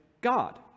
God